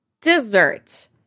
Dessert